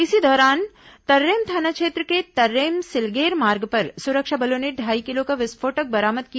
इसी दौरान तर्रेम थाना क्षेत्र के तर्रेम सिलगेर मार्ग पर सुरक्षा बलों ने ढाई किलो का विस्फोटक बरामद किया